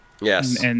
Yes